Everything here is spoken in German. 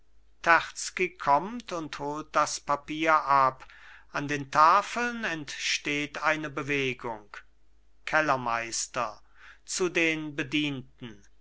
terzky kommt und holt das papier ab an den tafeln entsteht eine bewegung kellermeister zu den bedienten